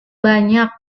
banyak